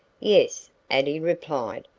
yes, addie replied.